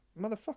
motherfucker